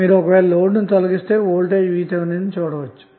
మీరు ఒకవేళ లోడ్ ను తొలగిస్తే వోల్టేజ్ VThను చూడ వచ్చు